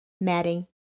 matting